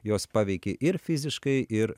jos paveikė ir fiziškai ir